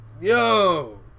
Yo